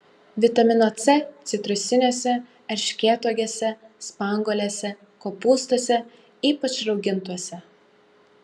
vitamino c citrusiniuose erškėtuogėse spanguolėse kopūstuose ypač raugintuose